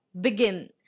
begin